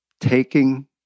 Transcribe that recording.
taking